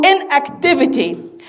inactivity